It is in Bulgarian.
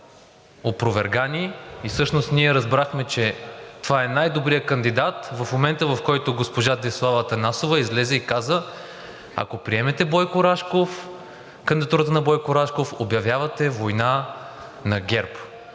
опровергани и всъщност ние разбрахме, че това е най-добрият кандидат в момента, в който госпожа Десислава Атанасова излезе и каза: „Ако приемете кандидатурата на Бойко Рашков, обявявате война на ГЕРБ.“